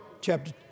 chapter